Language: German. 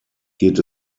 geht